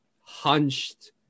hunched